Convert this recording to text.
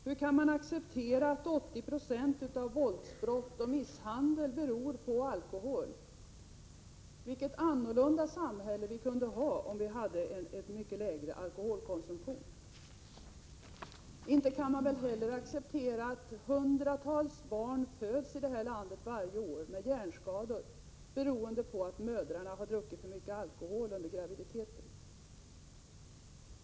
Hur kan ni acceptera att 80 26 av våldsoch misshandelsbrotten sker på grund av alkoholförtäring? Vilket annorlunda samhälle skulle vi inte ha med en mycket lägre alkoholkonsumtion! Vi får inte acceptera att det varje år föds hundratals barn med hjärnskador i detta land beroende på att mödrarna har druckit för mycket alkohol under graviditeten.